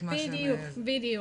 בדיוק.